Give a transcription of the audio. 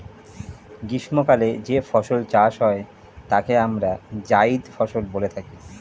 গ্রীষ্মকালে যে ফসল চাষ হয় তাকে আমরা জায়িদ ফসল বলে থাকি